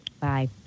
Bye